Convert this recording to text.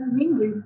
english